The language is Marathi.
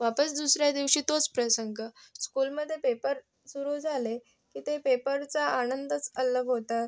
वापस दुसऱ्या दिवशी तोच प्रसंग स्कूलमध्ये पेपर सुरू झाले की ते पेपरचा आनंदच अलग होता